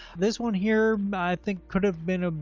this one here i think could have been, ah